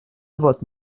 vote